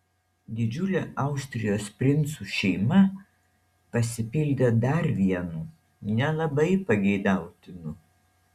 didžiulė austrijos princų šeima pasipildė dar vienu nelabai pageidautinu